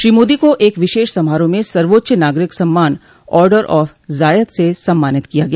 श्री मोदी को एक विशेष समारोह में सर्वोच्च नागरिक सम्मान ऑर्डर ऑफ जायद से सम्मानित किया गया